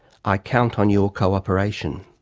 i count on your cooperation!